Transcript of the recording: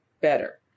better